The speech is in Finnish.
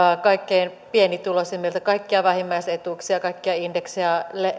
kaikkein pienituloisimmilta kaikkia vähimmäisetuuksia ja kaikkia indeksejä